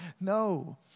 No